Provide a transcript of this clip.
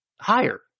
higher